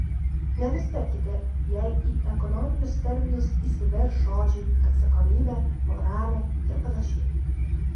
nenustebkite jei į ekonominius terminus įsiverš žodžiai atsakomybė moralė ir panašiai